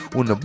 un